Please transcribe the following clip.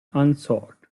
unsought